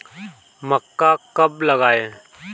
मक्का कब लगाएँ?